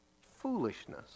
Foolishness